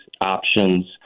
options